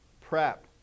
prep